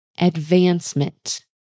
advancement